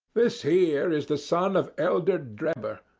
this here is the son of elder drebber,